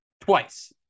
twice